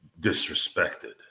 disrespected